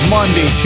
Monday